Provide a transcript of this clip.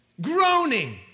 Groaning